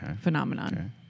phenomenon